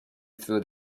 through